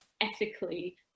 ethically